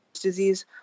disease